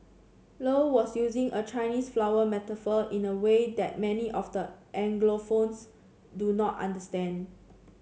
low was using a Chinese flower metaphor in a way that many of the anglophones do not understand